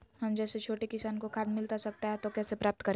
हम जैसे छोटे किसान को खाद मिलता सकता है तो कैसे प्राप्त करें?